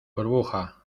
burbuja